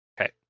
Okay